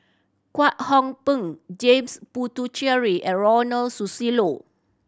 Kwek Hong Png James Puthucheary and Ronald Susilo